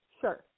sure